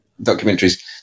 documentaries